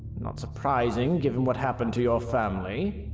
not surprising, given what happened to your family.